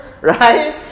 right